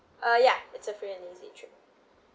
uh ya it's a free and easy trip